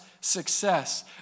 success